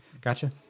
Gotcha